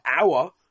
hour